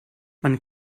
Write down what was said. man